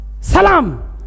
Salam